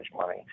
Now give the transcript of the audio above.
money